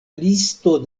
listo